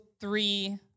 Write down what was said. three